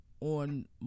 On